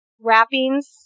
wrappings